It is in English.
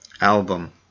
album